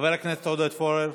חבר הכנסת עודד פורר,